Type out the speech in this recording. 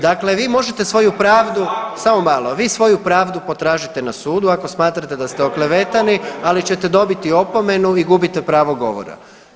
Dakle, vi možete svoju pravdu, samo malo, vi svoju pravdu potražite na sudu ako smatrate da ste oklevetani, ali ćete dobiti opomenu i gubite pravo govora.